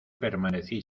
permanecí